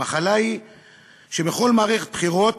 המחלה היא שבכל מערכת בחירות